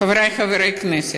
חברי חברי הכנסת,